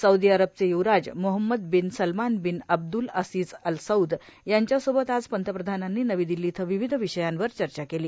Saudi अरबचे युवराज Mohammed bin Salman bin Abdul Aziz Al Saud यांच्या सोबत आज पंतप्रधानांनी नवी दिल्ली इथं विविध विषयांवर चर्चा केली